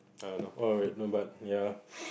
I don't know what no but ya